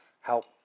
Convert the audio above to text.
help